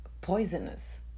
poisonous